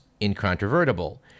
incontrovertible